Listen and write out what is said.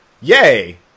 yay